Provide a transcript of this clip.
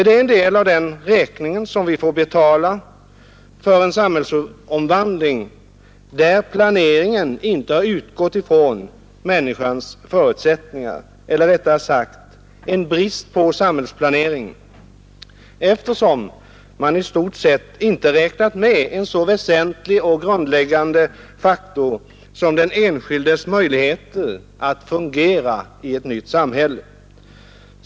Det är en del av den räkning som vi får betala för en samhällsomvandling där planeringen inte utgått från människans förutsättningar. Eller rättare sagt: Det är en brist på samhällsplanering, eftersom man i stort sett inte räknat med en så väsentlig och grundläggande faktor som den enskildes möjligheter att fungera i detta nya samhälle.